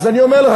אז אני אומר לך,